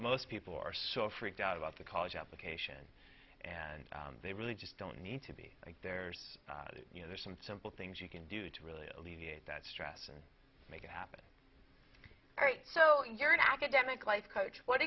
most people are so freaked out about the college application and they really just don't need to be like there's you know there's some simple things you can do to really alleviate that stress and make it happen so you're an academic life